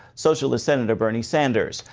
socialist senator bernie sanders.